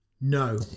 No